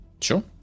Sure